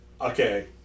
Okay